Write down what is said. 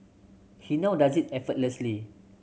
he now does it effortlessly